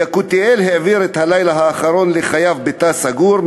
יקותיאל העביר את הלילה האחרון לחייו בתא סגור,